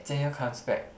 Jian-You comes back